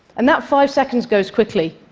and that five seconds goes quickly.